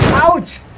out